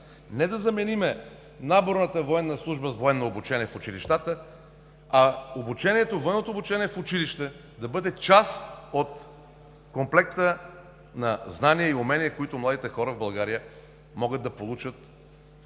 не да заменим наборната военна служба с военно обучение в училищата, а военното обучение в училище да бъде част от комплекта на звания и умения, които младите хора в България могат да получат